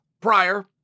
prior